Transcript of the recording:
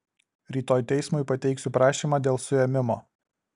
rytoj teismui pateiksiu prašymą dėl suėmimo